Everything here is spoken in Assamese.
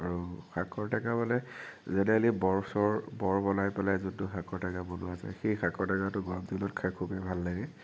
আৰু শাকৰ টেঙা মানে জেনেৰেলী বৰ চৰ বৰ বনাই পেলাই যিটো শাকৰ টেঙা বনোৱা যায় সেই শাকৰ টেঙাটো গৰম দিনত খায় খুবেই ভাল লাগে